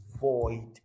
void